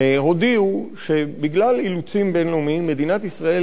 הודיעו שבגלל אילוצים בין-לאומיים מדינת ישראל